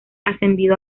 ascendido